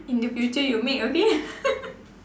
in the future you make okay